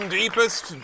deepest